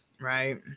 Right